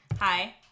Hi